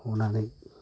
हनानै